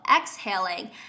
exhaling